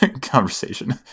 conversation